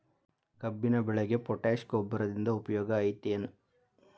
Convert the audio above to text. ಕಬ್ಬಿನ ಬೆಳೆಗೆ ಪೋಟ್ಯಾಶ ಗೊಬ್ಬರದಿಂದ ಉಪಯೋಗ ಐತಿ ಏನ್?